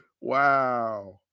wow